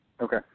Okay